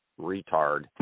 retard